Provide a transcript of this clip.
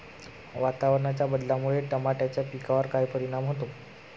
वातावरणाच्या बदलामुळे टमाट्याच्या पिकावर काय परिणाम होतो?